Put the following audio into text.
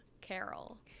carol